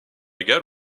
égales